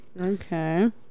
okay